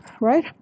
right